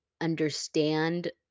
understand